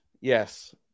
Yes